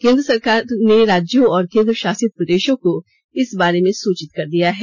केंद्र सरकार ने राज्यों और केंद्रशासित प्रदेशों को इस बारे में सुचित कर दिया है